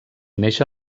neix